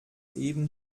eben